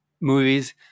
movies